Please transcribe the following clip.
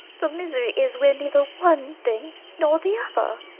the misery is we're neither one thing nor the other!